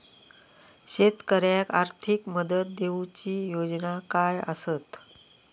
शेतकऱ्याक आर्थिक मदत देऊची योजना काय आसत?